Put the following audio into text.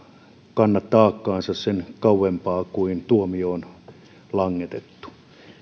kanna taakkaansa sen kauempaa kuin tuomio on langetettu